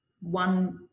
one